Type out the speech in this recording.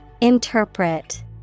Interpret